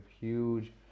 huge